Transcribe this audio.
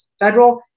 federal